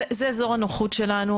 זה אזור הנוחות שלנו,